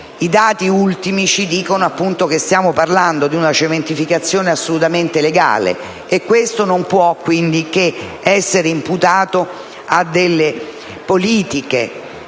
dati ci dicono, appunto, che stiamo parlando di una cementificazione assolutamente legale e questo non può che essere imputato a delle politiche